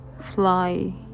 fly